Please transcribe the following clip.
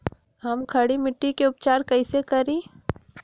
हम खड़ी मिट्टी के उपचार कईसे करी?